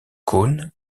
cône